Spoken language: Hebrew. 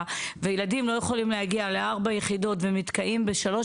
וילדים לא יכולים להגיע לארבע יחידות ונתקעים בשלוש,